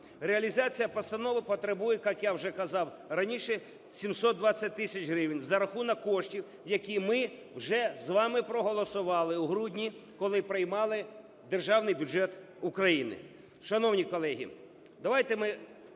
Реалізація постанови потребує, як я вже казав раніше, 720 тисяч гривень за рахунок коштів, які ми вже з вами проголосували у грудні, коли приймали Державний бюджет України.